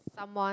someone